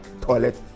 Toilet